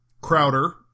Crowder